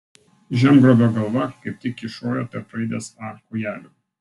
žemgrobio galva kaip tik kyšojo tarp raidės a kojelių